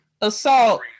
assault